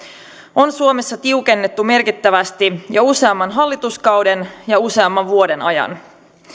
on suomessa tiukennettu merkittävästi jo useamman hallituskauden ja useamman vuoden ajan